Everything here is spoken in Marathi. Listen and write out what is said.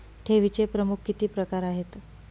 ठेवीचे प्रमुख किती प्रकार आहेत?